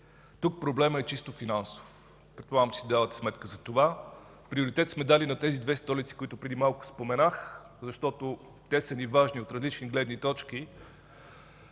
Тук проблемът е чисто финансов. Предполагам, че си давате сметка за това. Приоритет сме дали на тези две столици, които споменах преди малко, защото те са ни важни от различни гледни точки.